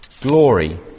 glory